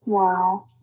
Wow